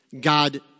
God